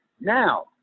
Now